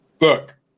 Look